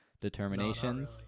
determinations